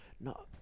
no